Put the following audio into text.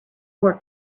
work